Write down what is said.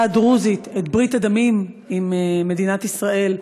הדרוזית את ברית הדמים עם מדינת ישראל,